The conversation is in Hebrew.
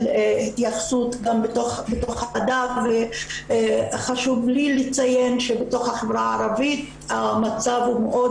התייחסות גם בתוך הוועדה וחשוב לי לציין שבתוך החברה הערבית המצב הוא מאוד